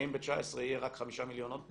האם ב-19' יהיה רק חמישה מיליון עוד פעם,